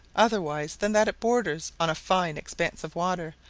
otherwise than that it borders on a fine expanse of water,